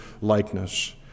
likeness